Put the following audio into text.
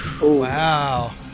Wow